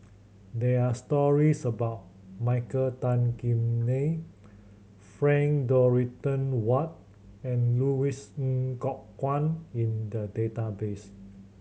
there are stories about Michael Tan Kim Nei Frank Dorrington Ward and Louis Ng Kok Kwang in the database